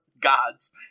gods